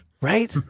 right